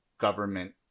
government